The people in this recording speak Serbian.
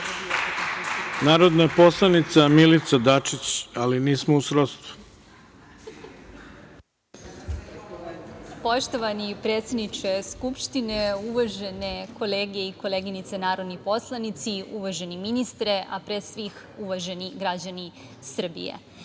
narodna poslanica Milica Dačić, ali nismo u srodstvu. **Milica Dačić** Poštovani predsedniče Skupštine, uvažene kolege i koleginice narodni poslanici, uvaženi ministre, a pre svih, uvaženi građani Srbije,